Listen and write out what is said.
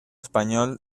español